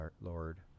Lord